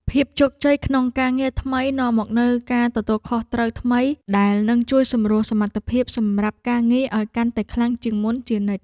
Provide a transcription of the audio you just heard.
ភាពជោគជ័យក្នុងការងារថ្មីនាំមកនូវការទទួលខុសត្រូវថ្មីដែលនឹងជួយសម្រួលសមត្ថភាពសម្រាប់ការងារឱ្យកាន់តែខ្លាំងជាងមុនជានិច្ច។